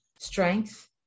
Strength